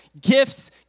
gifts